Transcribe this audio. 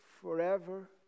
forever